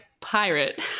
pirate